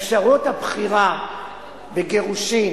אפשרות הבחירה בגירושים